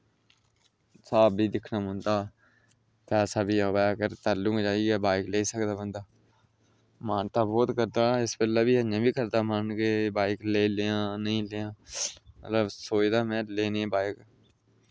साह्ब बी दिक्खना पौंदा पैसा बी आवै अगर तैलु जाइयै बाईक लेई सकदा बंदा मन ते बोह्त करदा इस बेल्लै बी अजें बी करदा मन के बाईक लेई लेआं नेईं लेआं मतलव सोचदा में लैनी ऐ बाईक